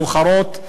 שעות מאוחרות,